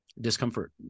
discomfort